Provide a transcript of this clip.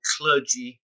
clergy